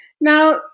Now